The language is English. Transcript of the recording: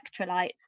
electrolytes